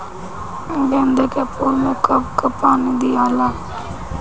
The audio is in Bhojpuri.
गेंदे के फूल मे कब कब पानी दियाला?